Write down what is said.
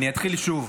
אני אתחיל שוב.